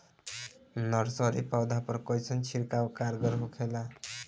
Nursery पौधा पर कइसन छिड़काव कारगर होखेला?